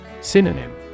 Synonym